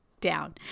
down